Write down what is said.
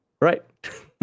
Right